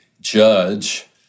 judge